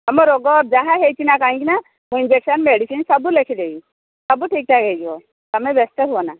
ତୁମ ରୋଗ ଯାହା ହୋଇଛି ନା କାହିଁକି ନା ମୁଁ ଇଂଜେକସନ୍ ମେଡିସିନ୍ ସବୁ ଲେଖିଦେବି ସବୁ ଠିକ ଠାକ ହୋଇଯିବ ତୁମେ ବ୍ୟସ୍ତ ହୁଅନାହିଁ